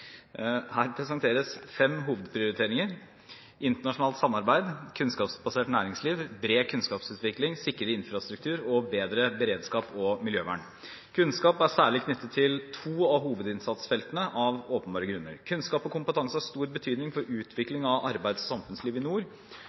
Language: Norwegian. Her presenteres fem hovedprioriteringer: internasjonalt samarbeid kunnskapsbasert næringsliv bred kunnskapsutvikling sikrere infrastruktur bedre beredskap og miljøvern Kunnskap er særlig knyttet til to av hovedinnsatsfeltene – av åpenbare grunner. Kunnskap og kompetanse har stor betydning for utvikling av arbeids- og samfunnsliv i nord